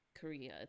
Korea